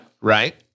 Right